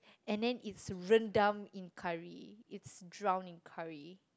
and then it's rendang in curry it's drown in curry